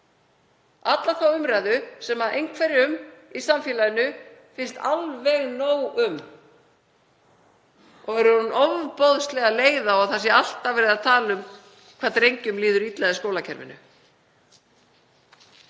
alla þá umræðu sem einhverjum í samfélaginu finnst alveg nóg um og eru orðin ofboðslega leið á að það sé alltaf verið að tala um hvað drengjum líður illa í skólakerfinu.